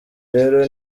rero